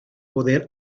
poder